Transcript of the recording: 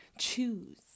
Choose